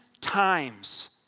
times